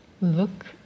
look